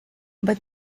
but